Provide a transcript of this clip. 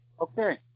Okay